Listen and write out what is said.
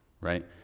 right